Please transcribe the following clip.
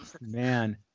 man